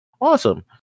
Awesome